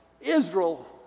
Israel